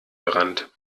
gerannt